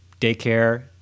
daycare